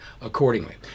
accordingly